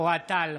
אוהד טל,